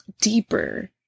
deeper